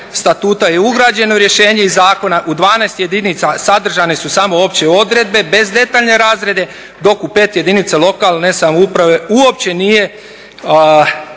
statutu je ugrađeno rješenje iz zakona, u 12 jedinica sadržane su samo opće odredbe bez detaljne razrade dok u 5 jedinica lokalne samouprave uopće nije